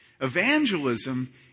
Evangelism